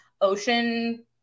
ocean